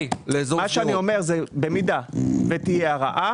מה שאני אומר שאם תהיה הרעה